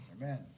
Amen